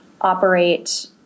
operate